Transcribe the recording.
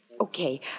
Okay